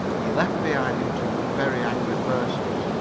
he left behind him two very angry persons,